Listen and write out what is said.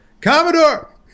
Commodore